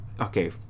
okay